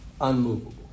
Unmovable